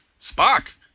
Spock